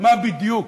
מה בדיוק?